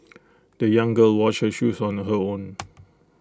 the young girl washed her shoes on her own